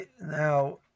Now